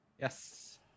Yes